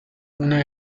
una